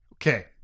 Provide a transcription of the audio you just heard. Okay